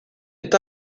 est